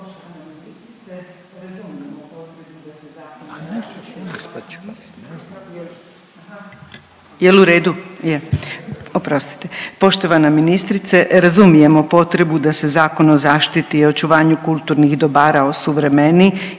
Poštovana ministrice razumijemo potrebu da se Zakon o zaštiti i očuvanju kulturnih dobara osuvremeni